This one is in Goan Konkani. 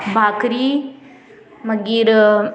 भाकरी मागीर